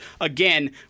again